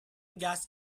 gas